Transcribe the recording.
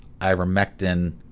ivermectin